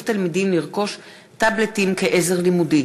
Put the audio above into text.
תלמידים לרכוש טאבלטים כעזר לימודי,